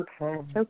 Okay